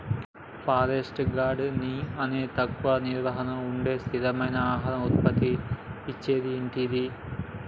forest gardening అనేది తక్కువ నిర్వహణతో ఉండే స్థిరమైన ఆహార ఉత్పత్తి ఇచ్చేటిది